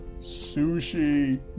sushi